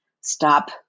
stop